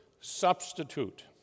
substitute